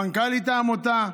מנכ"לית העמותה?